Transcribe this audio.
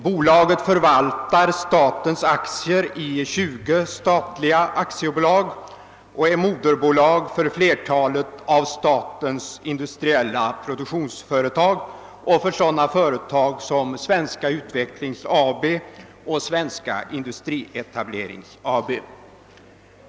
Bolaget förvaltar statens aktier i 20 statliga aktiebolag och är moderbolag för flertalet av statens industriella produktionsföretag liksom för sådana företag som Svenska utvecklings AB och Svenska industrietablerings AB.